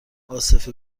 عاصف